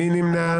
מי נמנע?